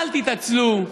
אל תתעצלו,